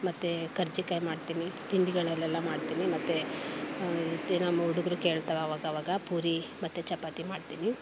ಮತ್ತು ಕರ್ಜಿಕಾಯಿ ಮಾಡ್ತೀನಿ ತಿಂಡಿಗಳಲ್ಲೆಲ್ಲ ಮಾಡ್ತೀನಿ ಮತ್ತು ಇದು ನಮ್ಮ ಹುಡುಗ್ರು ಕೇಳ್ತಾವೆ ಆವಾಗವಾಗ ಪೂರಿ ಮತ್ತು ಚಪಾತಿ ಮಾಡ್ತೀನಿ